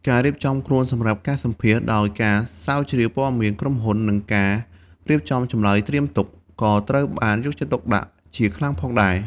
ការរៀបចំខ្លួនសម្រាប់ការសម្ភាសន៍ ដោយការស្រាវជ្រាវព័ត៌មានក្រុមហ៊ុន និងការរៀបចំចម្លើយត្រៀមទុក ក៏ត្រូវបានយកចិត្តទុកដាក់ជាខ្លាំងផងដែរ។